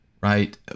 right